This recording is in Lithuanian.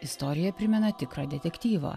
istorija primena tikrą detektyvą